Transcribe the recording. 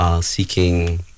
seeking